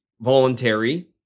voluntary